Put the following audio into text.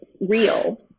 real